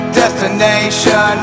destination